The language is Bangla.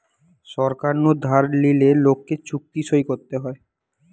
সরকার নু ধার লিলে লোককে চুক্তি সই করতে হয়